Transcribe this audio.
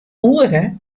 oere